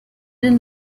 den